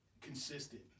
Consistent